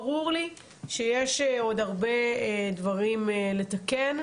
ברור לי שיש עוד הרבה דברים לתקן,